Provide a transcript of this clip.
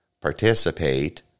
participate